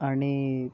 आणि